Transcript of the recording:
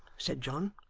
said john,